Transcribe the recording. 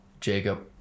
Jacob